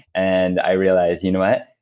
and i realized you know what,